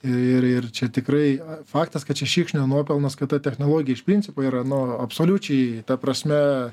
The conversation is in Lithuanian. ir ir čia tikrai faktas kad čia šikšnio nuopelnas kad ta technologija iš principo yra nu absoliučiai ta prasme